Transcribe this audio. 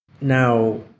now